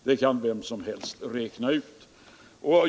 Det kan vem som helst räkna ut.